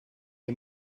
est